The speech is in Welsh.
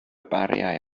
bariau